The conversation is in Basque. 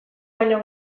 baino